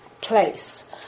place